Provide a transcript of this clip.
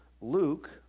Luke